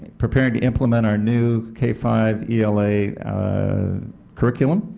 preparing to implement our new k five ela curriculum,